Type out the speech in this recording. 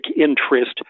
interest